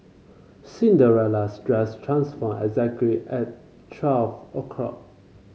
Cinderella's dress transformed exactly at twelve o'clock